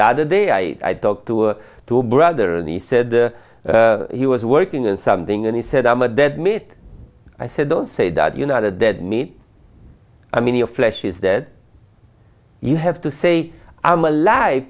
the other day i talked to two brother and he said he was working on something and he said i'm a dead meat i said don't say that you know the dead meat i mean your flesh is that you have to say i'm alive